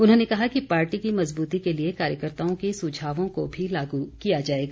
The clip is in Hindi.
उन्होंने कहा कि पार्टी की मज़बूती के लिए कार्यकर्ताओं के सुझावों को भी लागू किया जाएगा